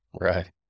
Right